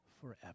forever